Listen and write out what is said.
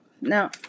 Now